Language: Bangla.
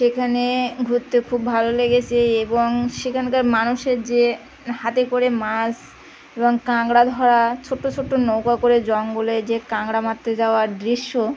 সেখানে ঘুরতে খুব ভালো লেগেছে এবং সেখানকার মানুষের যে হাতে করে মাস এবং কাঁকাড়া ধরা ছোটো ছোটো নৌকা করে জঙ্গলে যে কাঁকড়া মারতে যাওয়ার দৃশ্য